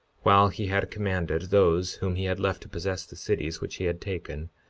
while he had commanded those whom he had left to possess the cities which he had taken,